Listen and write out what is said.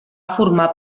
formar